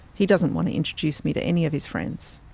he doesn't want to introduce me to any of his friends.